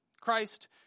Christ